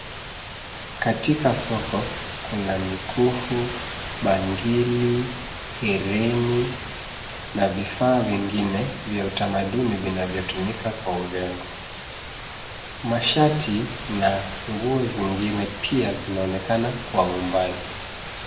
Katika soko kuna mikufu, bangili , hereni na vifaa vingine vya utamaduni vinavyotumika kwa urembo. Mashati na nguo zingine pia zinaonekana kwa umbali.